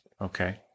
Okay